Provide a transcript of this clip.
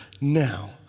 now